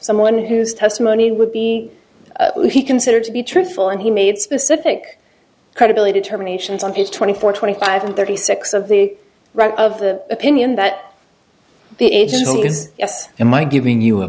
someone whose testimony would be he considered to be truthful and he made specific credibility determinations on his twenty four twenty five and thirty six of the right of the opinion that the agency is s and my giving you a